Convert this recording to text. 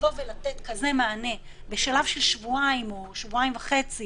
לבוא ולתת מענה כזה בשלב של שבועיים או שבועיים וחצי